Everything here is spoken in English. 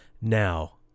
Now